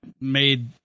made